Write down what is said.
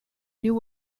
knew